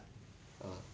ah